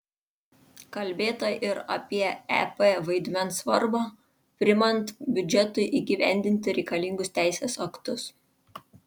kalbėta ir apie ep vaidmens svarbą priimant biudžetui įgyvendinti reikalingus teisės aktus